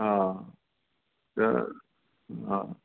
हा त हा